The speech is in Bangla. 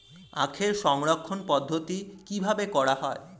আখের সংরক্ষণ পদ্ধতি কিভাবে করা হয়?